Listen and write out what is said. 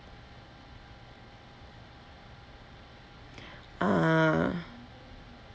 ah